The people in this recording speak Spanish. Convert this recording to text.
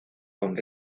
con